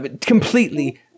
completely